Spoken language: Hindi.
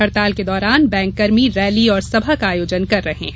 हड़ताल के दौरान बैंककर्मी रैली और सभा का आयोजन कर रहे हैं